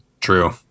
True